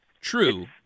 True